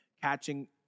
catching